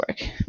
work